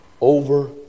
over